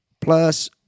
plus –